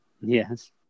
Yes